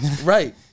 Right